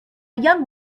young